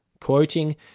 Quoting